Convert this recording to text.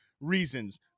reasons